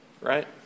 right